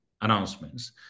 announcements